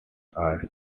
are